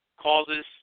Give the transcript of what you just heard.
causes